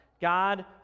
God